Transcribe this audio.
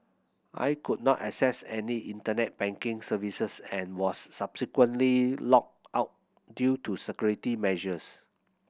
I could not access any Internet banking services and was subsequently locked out due to security measures